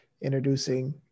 Introducing